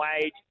wage